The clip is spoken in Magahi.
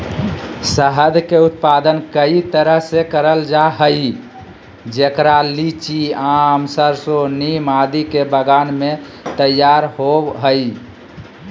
शहद के उत्पादन कई तरह से करल जा हई, जेकरा लीची, आम, सरसो, नीम आदि के बगान मे तैयार होव हई